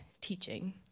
teaching